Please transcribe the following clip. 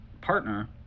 partner